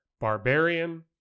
Barbarian